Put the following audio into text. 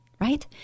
right